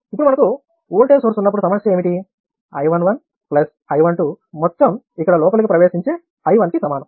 ఇప్పుడు మనకు voltage source ఉన్నప్పుడు సమస్య ఏమిటి I11 I 12 మొత్తం ఇక్కడ లోపలకి ప్రవేశించే I1 కి సమానం